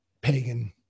pagan